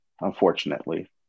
Unfortunately